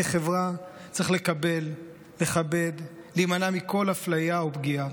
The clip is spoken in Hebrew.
כחברה צריך לקבל, לכבד ולהימנע מכל אפליה ופגיעה.